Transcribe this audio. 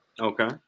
Okay